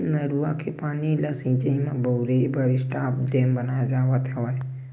नरूवा के पानी ल सिचई म बउरे बर स्टॉप डेम बनाए जावत हवय